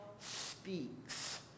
speaks